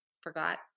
forgot